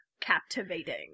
captivating